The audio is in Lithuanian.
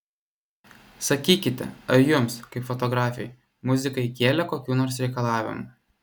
sakykite ar jums kaip fotografei muzikai kėlė kokių nors reikalavimų